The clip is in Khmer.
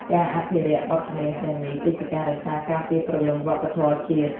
ការអភិរក្សបទចម្រៀងទាំងនេះ គឺជាការរក្សាការពារព្រលឹងវប្បធម៌ជាតិ។